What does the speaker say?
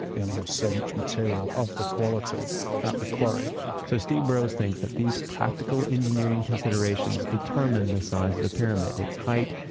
they only had so much material of the quality at the quarry so steve burrows thinks that these practical engineering considerations determine the size of the pyramid its height,